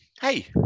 Hey